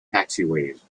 taxiways